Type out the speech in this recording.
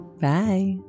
Bye